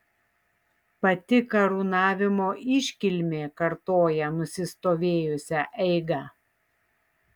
pati karūnavimo iškilmė kartoja nusistovėjusią eigą